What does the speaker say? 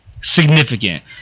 significant